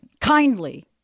Kindly